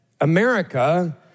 America